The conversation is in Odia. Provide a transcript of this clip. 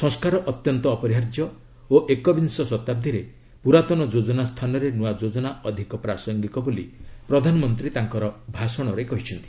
ସଂସ୍କାର ଅତ୍ୟନ୍ତ ଅପରିହାର୍ଯ୍ୟ ଓ ଏକବିଂଶ ଶତାବ୍ଦୀରେ ପୁରାତନ ଯୋଜନା ସ୍ଥାନରେ ନୂଆ ଯୋଜନା ଅଧିକ ପ୍ରାସଙ୍ଗିକ ବୋଲି ପ୍ରଧାନମନ୍ତ୍ରୀ ତାଙ୍କର ଭାଷଣରେ କହିଛନ୍ତି